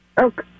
Okay